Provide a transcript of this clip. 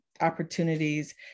opportunities